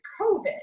COVID